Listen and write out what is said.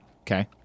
Okay